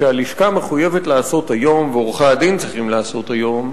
שהלשכה מחויבת לעשות היום ועורכי-הדין צריכים לעשות היום,